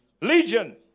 Legion